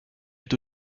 est